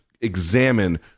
examine